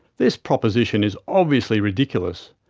this proposition is obviously ridiculous,